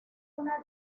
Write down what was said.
una